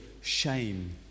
shame